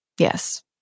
Yes